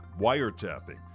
wiretapping